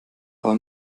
aber